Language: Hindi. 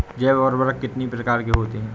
जैव उर्वरक कितनी प्रकार के होते हैं?